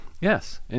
Yes